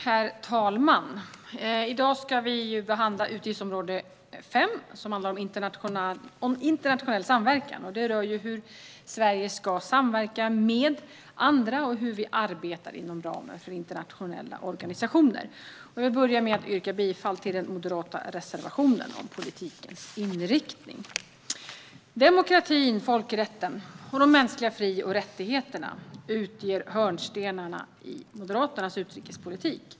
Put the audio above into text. Herr talman! I dag ska vi behandla utgiftsområde 5, som handlar om internationell samverkan. Det handlar om hur Sverige ska samverka med andra och om hur vi arbetar inom ramen för internationella organisationer. Jag vill börja med att yrka bifall till den moderata reservationen om politikens inriktning. Demokratin, folkrätten och de mänskliga fri och rättigheterna utgör hörnstenarna i Moderaternas utrikespolitik.